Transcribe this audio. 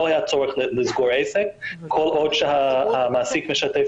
לא היה צורך לסגור עסק כל עוד שהמעסיק משתף